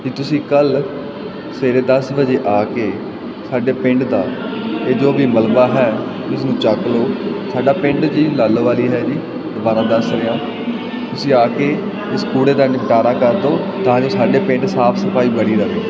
ਕੀ ਤੁਸੀਂ ਕੱਲ੍ਹ ਸਵੇਰੇ ਦਸ ਵਜੇ ਆ ਕੇ ਸਾਡੇ ਪਿੰਡ ਦਾ ਇਹ ਜੋ ਵੀ ਮਲਬਾ ਹੈ ਇਸ ਨੂੰ ਚੱਕ ਲਓ ਸਾਡਾ ਪਿੰਡ ਜੀ ਲਾਲੋਵਾਲੀ ਹੈ ਜੀ ਦੁਬਾਰਾ ਦੱਸ ਰਿਹਾ ਤੁਸੀਂ ਆ ਕੇ ਇਸ ਕੂੜੇ ਦਾ ਨਿਪਟਾਰਾ ਕਰ ਦਿਓ ਤਾਂ ਜੋ ਸਾਡੇ ਪਿੰਡ ਸਾਫ਼ ਸਫਾਈ ਬਣੀ ਰਹੇ